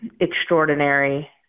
extraordinary